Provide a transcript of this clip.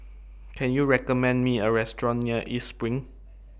Can YOU recommend Me A Restaurant near East SPRING